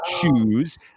choose